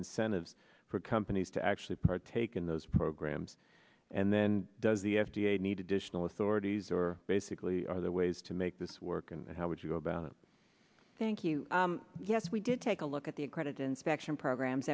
incentives for companies to actually partake in those programs and then does the f d a need additional authorities or basically are there ways to make this work and how would you go about it thank you yes we did take a look at the accredited inspection programs